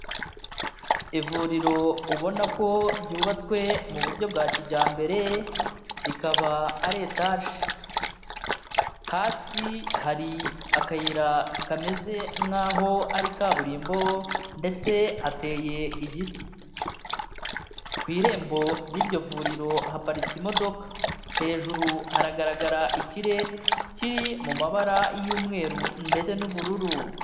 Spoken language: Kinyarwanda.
Ivuriro ubona ko ryubatswe mu buryo bwa kijyambere, rikaba ari etaje. Hasi hari akayira kameze nk'aho ari kaburimbo ndetse hateye igiti. Ku irembo ry'iryo vuriro haparitse imodoka, hejuru haragaragara ikirere kiri mu mabara y'umweru ndetse n'ubururu.